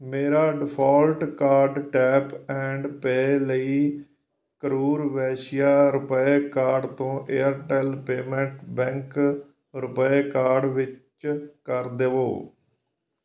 ਮੇਰਾ default card tap and pay ਲਈ Karur Vysya RuPay card ਤੋਂ Airtel payment bank RuPay card ਵਿੱਚ ਕਰ ਦੇਵੋ